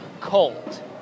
cold